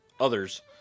others